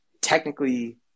technically